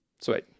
Sweet